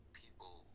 people